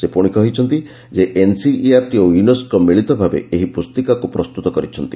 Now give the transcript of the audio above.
ସେ ପୁଣି କହିଛନ୍ତି ଏନ୍ସିଇଆର୍ଟି ଓ ୟୁନେସ୍କୋ ମିଳିତ ଭାବେ ଏହି ପୁସ୍ତିକାକୁ ପ୍ରସ୍ତୁତ କରିଛନ୍ତି